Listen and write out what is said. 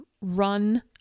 run